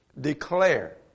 declare